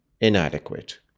inadequate